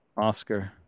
Oscar